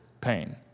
pain